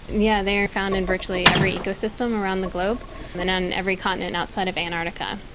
yeah they're found in virtually every ecosystem around the globe and on every continent outside of antarctica.